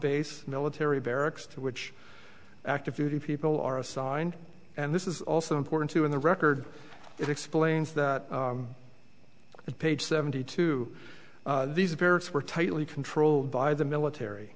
base military barracks to which active duty people are assigned and this is also important to in the record it explains that it page seventy two these parents were tightly controlled by the military